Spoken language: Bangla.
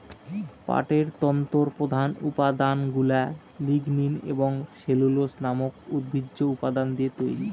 পাটের তন্তুর প্রধান উপাদানগুলা লিগনিন এবং সেলুলোজ নামক উদ্ভিজ্জ উপাদান দিয়ে তৈরি